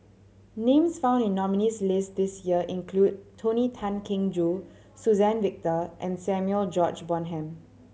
names found in the nominees' list this year include Tony Tan Keng Joo Suzann Victor and Samuel George Bonham